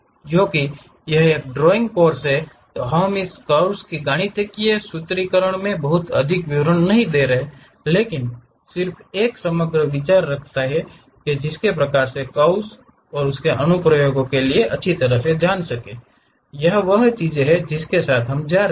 क्योंकि यह एक ड्राइंग कोर्स है हम इन कर्व्स के गणितीय सूत्रीकरण में बहुत अधिक विवरण नहीं दे रहे हैं लेकिन सिर्फ एक समग्र विचार रखना है कि किस प्रकार के कर्व्स किस तरह के अनुप्रयोगों के लिए अच्छे हैं यही वह चीज है जिसके साथ हम जा रहे हैं